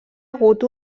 hagut